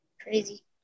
Crazy